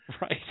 Right